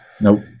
Nope